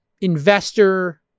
investor